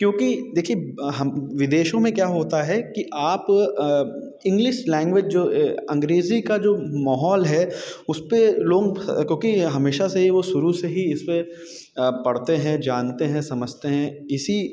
क्योंकि देखिए हम विदेशों में क्या होता है कि आप इंग्लिश लैंग्वेज जो अंग्रेज़ी का जो माहौल है उसपे लोग क्योंकि हमेशा से ही इसपे पढ़ते हैं जानते हैं समझते हैं इसी